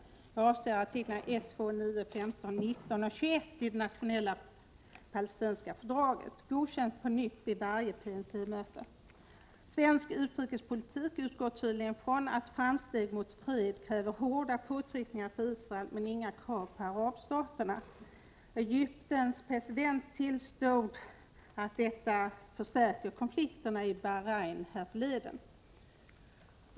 Jag avser artiklarna 1, 2,9, 15, 19 och 21 i det nationella palestinska fördraget som godkänts på nytt vid varje PNC möte. Svensk utrikespolitik utgår tydligen från att framsteg mot fred kräver hårda påtryckningar på Israel, men inga krav på arabstaterna. Egyptens president tillstod i ett uttalande i Bahrein härförleden att detta förstärker konflikterna.